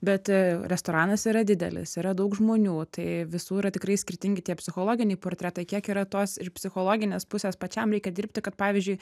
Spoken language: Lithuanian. bet restoranas yra didelis yra daug žmonių tai visų yra tikrai skirtingi tie psichologiniai portretai kiek yra tos ir psichologinės pusės pačiam reikia dirbti kad pavyzdžiui